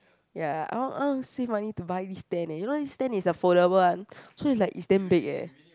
ya I want I want save money to buy this tent eh you know this tent is the foldable one it's like is damn big eh